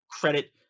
credit